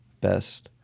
best